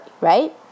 Right